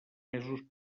mesos